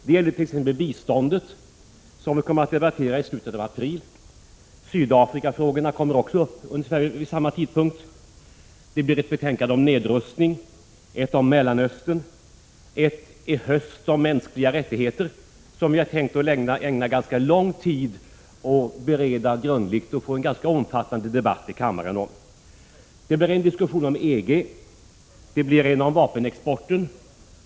Det gäller t.ex. biståndet, som vi kommer att debattera i slutet av april. Sydafrikafrågan kommer upp vid ungefär samma tidpunkt. Det blir ett betänkande om nedrustning och ett om Mellanöstern. I höst kommer ett betänkande om mänskliga rättigheter, som vi har tänkt att ägna ganska lång tid, bereda grundligt och få en omfattande debatt om i kammaren. Det blir en diskussion om EG och en diskussion om vapenexporten.